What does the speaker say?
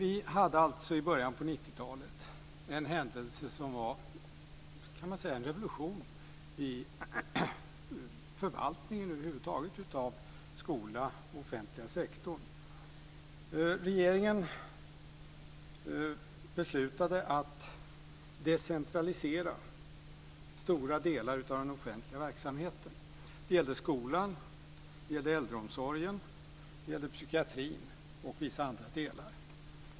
I början av 1990-talet hände något som var en revolution i förvaltningen över huvud taget av skolan och den offentliga sektorn. Regeringen beslutade att decentralisera stora delar av den offentliga verksamheten. Det gällde skolan. Det gällde äldreomsorgen. Det gällde psykiatrin och vissa andra delar.